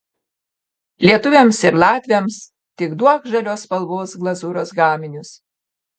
lietuviams ir latviams tik duok žalios spalvos glazūros gaminius